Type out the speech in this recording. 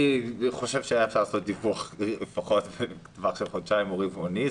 אני חושב שהיה צריך להיות דיווח לפחות בטווח של חודשיים או רבעוני,